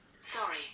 Sorry